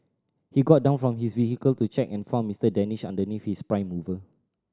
he got down from his vehicle to check and found Mister Danish underneath his prime mover